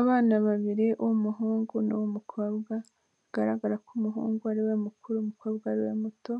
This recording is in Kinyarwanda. Abana babiri uw'umuhungu n'uw'umukobwa, bigaragara ko umuhungu ari we mukuru umukobwa we muto,